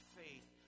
faith